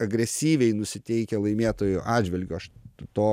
agresyviai nusiteikę laimėtojų atžvilgiu aš to